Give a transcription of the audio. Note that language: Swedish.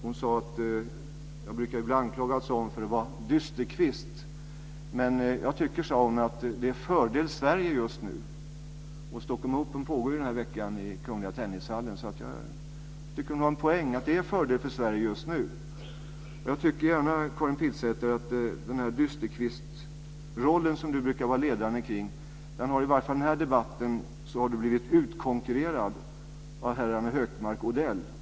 Hon sade att hon brukar bli anklagad för att vara en dysterkvist. Men hon sade att hon tycker att det är fördel Sverige just nu. Stockholm Open pågår ju denna vecka i Kungliga tennishallen, så jag tycker att hon har en poäng i att det är fördel Sverige just nu. Men jag tycker att Karin Pilsäter, i den här dysterkvistsrollen som hon brukar inta, i varje fall i denna debatt har blivit utkonkurrerad av herrarna Hökmark och Odell.